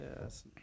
Yes